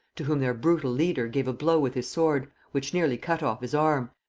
to whom their brutal leader gave a blow with his sword, which nearly cut off his arm,